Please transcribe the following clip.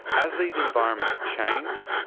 as these environments change,